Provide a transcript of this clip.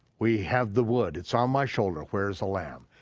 we have the wood, it's on my shoulder, where's the lamb?